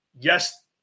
yes